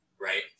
Right